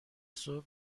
صبح